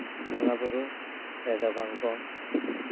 ᱵᱚᱸᱜᱟᱼᱵᱳᱨᱳ ᱨᱮᱫᱚ ᱵᱟᱝᱠᱚ